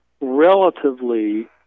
relatively